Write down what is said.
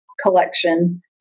collection